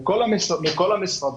בכל המשרדים.